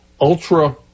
ultra